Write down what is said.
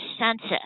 census